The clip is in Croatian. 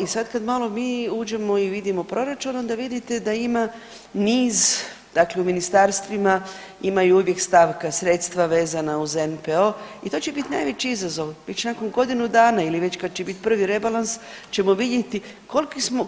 I sad kad malo mi uđemo i vidimo proračun onda vidite da ima niz, dakle u ministarstvima imaju uvijek stavka sredstva vezana uz NPOO i to će bit najveći izazov, vi čak u godinu dana ili već kad će bit prvi rebalans ćemo vidjeti